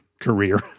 career